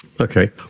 okay